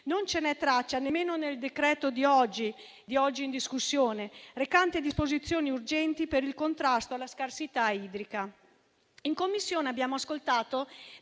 Non ce n'è traccia nemmeno nel decreto oggi in discussione, recante disposizioni urgenti per il contrasto alla scarsità idrica. In Commissione abbiamo ascoltato